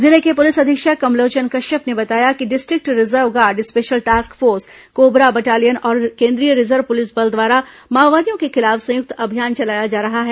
जिले के पुलिस अधीक्षक कमलोचन कश्यप ने बताया कि district reserve guard special task force cobra battalion और केन्द्रीय रिजर्व पुलिस बल द्वारा माओवादियों के खिलाफ संयुक्त अभियान चलाया जा रहा है